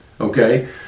Okay